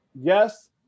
yes